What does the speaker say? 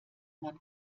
man